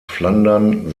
flandern